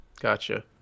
gotcha